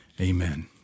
Amen